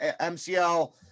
MCL